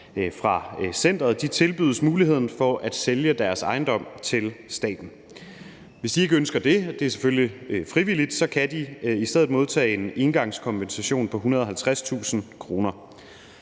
fra centeret, tilbydes muligheden for at sælge deres ejendom til staten. Hvis de ikke ønsker det – det er selvfølgelig frivilligt – kan de i stedet modtage en engangskompensation på 150.000 kr.